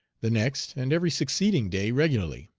the next, and every succeeding day regularly.